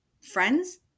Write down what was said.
friends